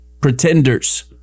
pretenders